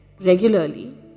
regularly